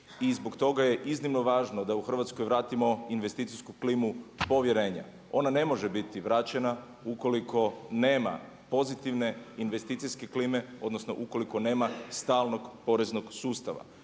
i zbog toga je iznimno važno da u Hrvatskoj vratimo investicijsku klimu povjerenja. Ona ne može biti vraćena ukoliko nema pozitivne investicijske klime odnosno ukoliko nema stalnog poreznog sustava.